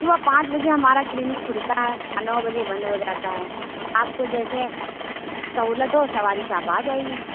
صُبح پانچ بجے ہمارا کلینک کُھلتا ہے اور نو بجے بند ہو جاتا ہے آپ کو جیسے سہولت ہو سواری سے آپ آ جائیے